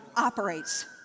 operates